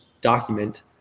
document